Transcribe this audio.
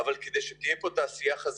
אבל כדי שתהיה פה תעשייה חזקה,